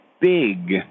big